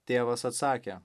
tėvas atsakė